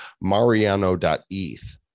Mariano.eth